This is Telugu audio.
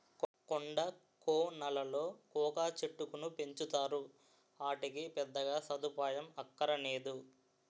కొండా కోనలలో కోకా చెట్టుకును పెంచుతారు, ఆటికి పెద్దగా సదుపాయం అక్కరనేదు